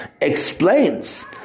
explains